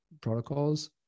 protocols